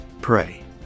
pray